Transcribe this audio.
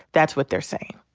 that's what they're saying.